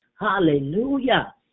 Hallelujah